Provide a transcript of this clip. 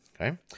okay